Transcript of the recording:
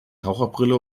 taucherbrille